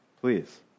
please